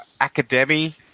Academy